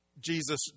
Jesus